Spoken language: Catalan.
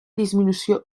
disminució